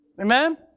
Amen